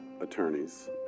attorneys